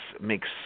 makes